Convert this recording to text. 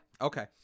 okay